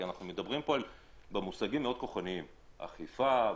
כי אנחנו מדברים במוזגים מאוד כוחניים של אכיפה,